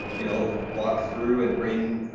you know walk through and bring